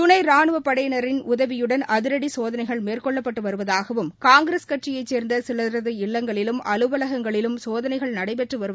துணை ராணுவப்படையினரின் உதவியுடன் அதிரடி சோதனைகள் மேற்கொள்ளப்பட்டு வருவதாகவும் காங்கிரஸ் கட்சியைச் சேர்ந்த சிலரது இல்லங்களிலும் அலுவலகங்களிலும் சோதனைகள் நடைபெற்று வருவதாக தகவல்கள் தெரிவிக்கின்றன